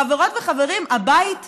חברות וחברים, הבית בוער.